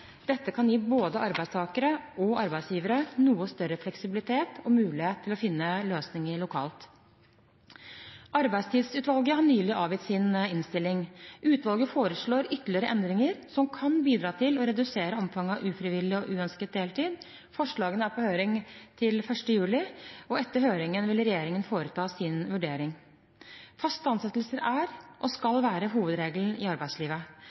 Dette kan gi både arbeidstakere og arbeidsgivere noe større fleksibilitet og mulighet til å finne løsninger lokalt. Arbeidstidsutvalget har nylig avgitt sin innstilling. Utvalget foreslår ytterligere endringer som kan bidra til å redusere omfanget av ufrivillig og uønsket deltid. Forslagene er på høring til 1. juli. Etter høringen vil regjeringen foreta sin vurdering. Faste ansettelser er, og skal være, hovedregelen i arbeidslivet.